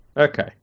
Okay